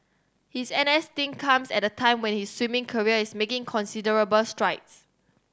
his N S stint comes at a time when his swimming career is making considerable strides